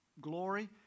glory